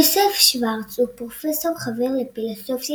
יוסף שורץ הוא פרופסור חבר לפילוסופיה